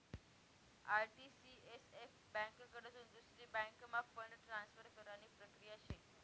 RTCSF ब्यांककडथून दुसरी बँकम्हा फंड ट्रान्सफर करानी प्रक्रिया शे